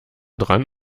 dran